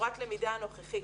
בצורת הלמידה הנוכחית,